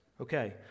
Okay